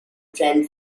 trend